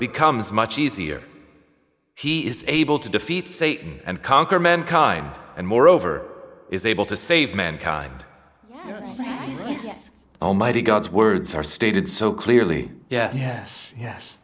becomes much easier he is able to defeat satan and conquer mankind and moreover is able to save mankind almighty god's words are stated so clearly yes yes yes